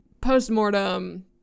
post-mortem